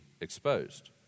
exposed